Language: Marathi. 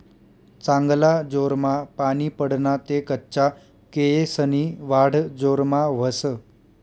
चांगला जोरमा पानी पडना ते कच्चा केयेसनी वाढ जोरमा व्हस